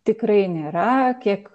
tikrai nėra kiek